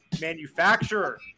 manufacturer